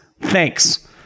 Thanks